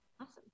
Awesome